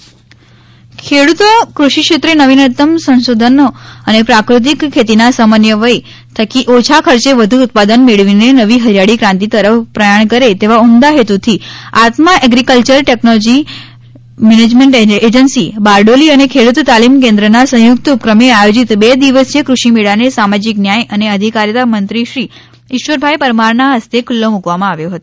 ખેડુત તાલીમ કેન્દ્ર ખેડતો કૃષિક્ષેત્રે નવીનત્તમ સંશોધનો અને પ્રાકૃતિક ખેતીના સમન્વય થકી ઓછા ખર્ચે વધુ ઉત્પાદન મેળવીને નવી હરિયાળી ક્રાંતિ તરફ પ્રયાણ કરે તેવા ઉમદા હેતુથી ATMA agriculture technology management agency Bardoli અને ખેડ઼ત તાલીમ કેન્દ્રના સંયુકત ઉપક્રમે આયોજીત બે દિવસીય કૃષિમેળાને સામાજિક ન્યાય અને અધિકારીતા મંત્રીશ્રી ઈશ્વરભાઈ પરમારના હસ્તે ખુલ્લો મૂકવામાં આવ્યો છે